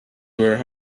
were